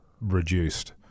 reduced